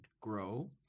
grow